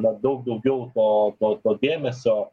na daug daugiau to to to dėmesio